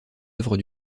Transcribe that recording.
œuvres